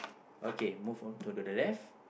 okay move on to the the left